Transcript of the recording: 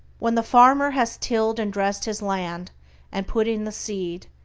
when the farmer has tilled and dressed his land and put in the seed,